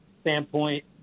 standpoint